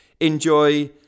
enjoy